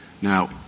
Now